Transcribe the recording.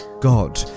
God